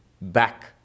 back